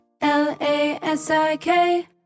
L-A-S-I-K